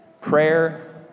prayer